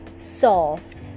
soft